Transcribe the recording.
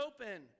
open